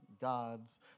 gods